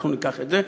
אנחנו ניקח את זה,